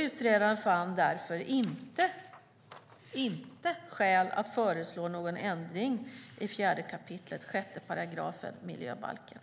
Utredaren fann därför inte skäl att föreslå någon ändring i 4 kap. 6 § miljöbalken.